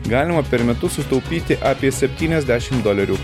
galima per metus sutaupyti apie septyniasdešim dolerių